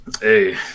Hey